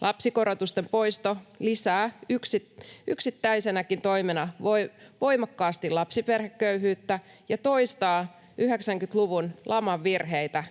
Lapsikorotusten poisto lisää yksittäisenäkin toimena voimakkaasti lapsiperheköyhyyttä ja toistaa 90-luvun laman virheitä,